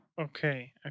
Okay